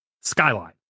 Skyline